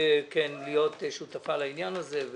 להיות שותפה לעניין הזה,